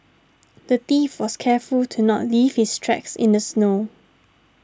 the thief was careful to not leave his tracks in the snow